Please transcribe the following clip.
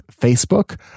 Facebook